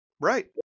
Right